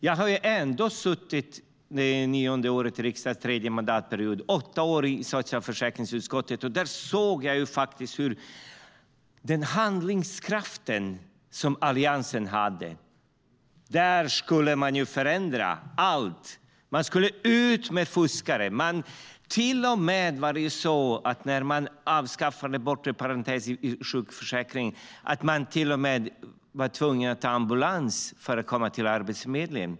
Jag sitter nu för nionde året i riksdagen och den tredje mandatperioden. I åtta år satt jag i socialförsäkringsutskottet. Där såg jag den handlingskraft som Alliansen hade när man skulle förändra allt. Man skulle ut med fuskare. Det var till och med så när man avskaffade den bortre parentesen i sjukförsäkringen att människor var tvungna att ta ambulans för att komma till Arbetsförmedlingen.